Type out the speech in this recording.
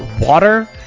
water